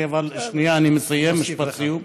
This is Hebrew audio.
אני מסיים במשפט סיום.